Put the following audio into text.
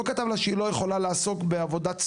כתב לה שהיא לא יכולה לעסוק בעבודת סיעוד,